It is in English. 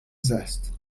zest